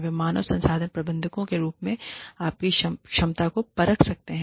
वे मानव संसाधन प्रबंधकों के रूप में आपकी क्षमता परख सकते हैं